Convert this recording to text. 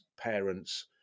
parents